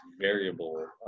variable